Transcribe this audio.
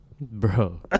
Bro